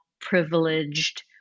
privileged